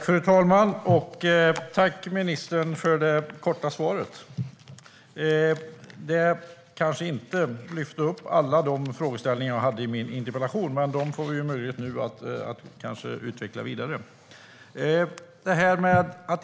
Fru talman! Tack, ministern, för det korta svaret! Det lyfte kanske inte upp alla de frågeställningar jag hade i min interpellation, men dessa får vi möjlighet att utveckla vidare nu.